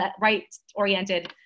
right-oriented